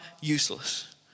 useless